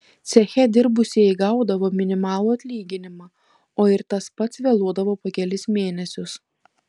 ceche dirbusieji gaudavo minimalų atlyginimą o ir tas pats vėluodavo po kelis mėnesius